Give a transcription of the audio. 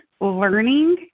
learning